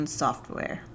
software